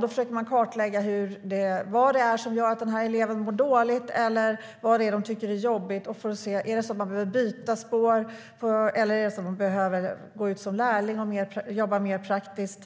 Då försöker man kartlägga vad det är som gör att de här eleverna mår dåligt och vad det är de tycker är jobbigt för att se om de behöver byta spår eller gå ut som lärlingar och jobba mer praktiskt.